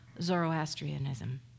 Zoroastrianism